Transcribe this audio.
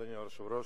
אדוני היושב-ראש,